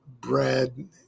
bread